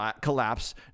collapse